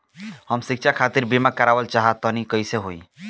हम शिक्षा खातिर बीमा करावल चाहऽ तनि कइसे होई?